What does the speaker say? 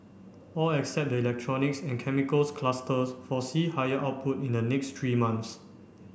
all except the electronics and chemicals clusters foresee higher output in the next three months